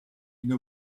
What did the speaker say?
une